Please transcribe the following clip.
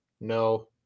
No